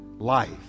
Life